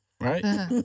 right